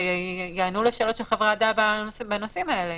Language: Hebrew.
שיענו לשאלות של חברי הוועדה בנושאים האלה,